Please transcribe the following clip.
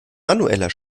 manueller